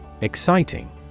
Exciting